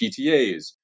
PTAs